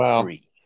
three